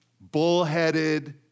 bullheaded